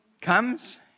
comes